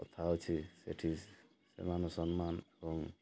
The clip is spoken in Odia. ଥାଉଛି ସେଠି ସେ ମାନ ସମ୍ମାନ ଏବଂ